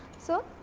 so,